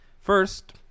First